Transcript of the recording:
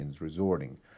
resorting